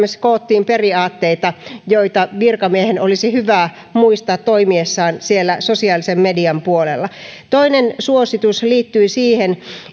koottiin periaatteita joita virkamiehen olisi hyvä muistaa toimiessaan siellä sosiaalisen median puolella toinen suositus liittyi siihen